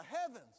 heavens